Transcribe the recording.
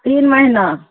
तीन महीना